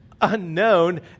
unknown